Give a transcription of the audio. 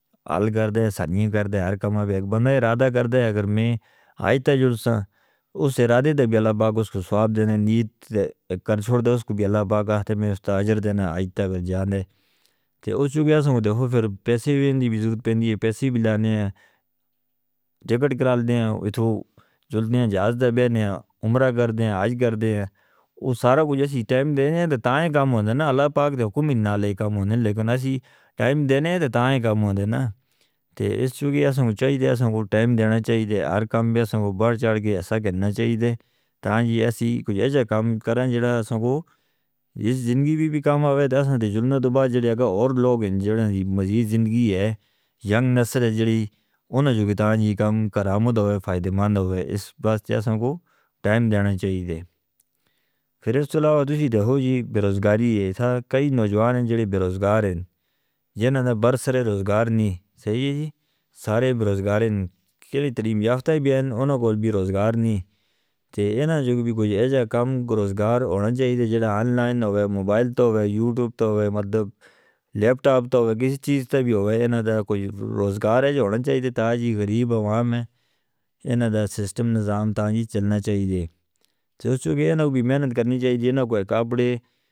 اللہ کردے سنی کردے ہر کام کا بیک بندے ارادہ کردے اگر میں ہائے تے جڑ ساں اس ارادے دے بیاللہ باغ اس کو ثواب دینے نیت کر چھوڑ دے اس کو بیاللہ باغ آتے میں اس تاجہ دینے ہائے تے جاندے تے اس چکے ہیں سنوں دیکھو پھر پیسے بھی اندھی بھی ضرورت پندی ہے پیسے بھی لانے ہیں جپٹ کرال دینے ہیں اتھو جڑ دینے ہیں جاز دے بینے ہیں عمرہ کردے ہیں آج کردے ہیں وہ سارا کچھ اسی ٹائم دینے ہیں۔ تو تائیں کام ہوندے ہیں نا اللہ پاک دے حکم ہی نا لے کام ہوندے ہیں لیکن اسی ٹائم دینے ہیں تو تائیں کام ہوندے ہیں تے اس چکے ہیں سنوں چاہی دے ہیں سنوں کو ٹائم دینا چاہی دے ہر کام بھی سنوں کو بڑھ چڑ کے ایسا کہنا چاہی دے۔ تائیں جی ایسی کوئی اجہ کام کریں جو زندگی بھی کام آوے درسن دے جڑنا دوبارہ جو ہے اگر اور لوگ ہیں جو مزید زندگی ہے ینگ نسل ہے جو تنہیں کام کرامد ہووے فائدہ مند ہووے اس وقت سنوں کو ٹائم دینا چاہی دے۔ پھر اس طرح ادھسی دیکھو جی برزگاری ہے یہ تھا کئی نوجوان ہیں جو برزگار ہیں جنہوں نے برس رہے برزگار نہیں ساری برزگار ہیں کینی ترمیم یافتہ بھی ہیں انہوں کو بھی برزگار نہیں تے انہاں جو بھی کوئی اجہ کام برزگار ہونے چاہی دے جڑا آن لائن ہووے موبائل تو ہووے یوٹیوب تو ہووے مطلب لیپٹاپ تو ہووے کسی چیز تے بھی ہووے انہاں دا کوئی برزگار ہے جوڑن چاہی دے۔ تائیں جی غریب عوام ہیں انہاں دا سسٹم نظام تائیں جی چلنا چاہی دے تے اس چکے ہیں نا کوئی محنت کرنی چاہی دی ہے نا کوئی کپڑے.